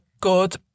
good